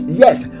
yes